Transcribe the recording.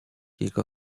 jego